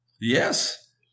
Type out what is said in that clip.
Yes